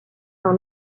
dans